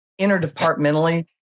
interdepartmentally